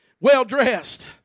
well-dressed